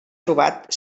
trobat